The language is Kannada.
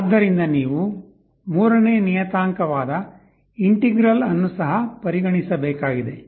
ಆದ್ದರಿಂದ ನೀವು ಮೂರನೇ ನಿಯತಾಂಕವಾದ ಇಂಟಿಗ್ರಲ್ ಅನ್ನು ಸಹ ಪರಿಗಣಿಸಬೇಕಾಗಿದೆ